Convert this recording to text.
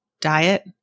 Diet